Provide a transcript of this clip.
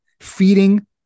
feeding